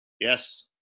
Yes